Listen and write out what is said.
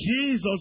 Jesus